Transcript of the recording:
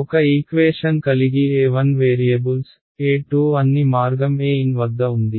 ఒక ఈక్వేషన్ కలిగి a1 variables a2 అన్ని మార్గం an వద్ద ఉంది